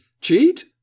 Cheat